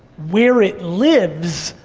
where it lives,